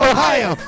Ohio